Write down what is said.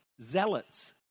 zealots